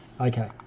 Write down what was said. Okay